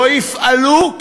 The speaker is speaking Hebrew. לא יפעלו,